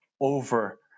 over